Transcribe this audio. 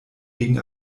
gegen